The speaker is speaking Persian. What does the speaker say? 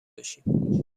باشیم